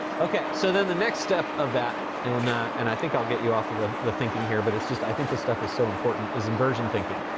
okay, so then the next step of that, and and i think i'll get you off of the the thinking here, but it's just, i think this stuff is so important, is inversion thinking.